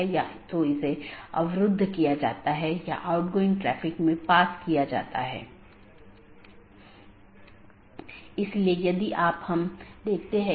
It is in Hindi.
जब एक BGP स्पीकरों को एक IBGP सहकर्मी से एक राउटर अपडेट प्राप्त होता है तो प्राप्त स्पीकर बाहरी साथियों को अपडेट करने के लिए EBGP का उपयोग करता है